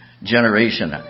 generation